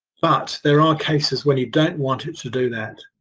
but there are cases where you don't want it to do that.